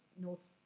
North